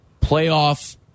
playoff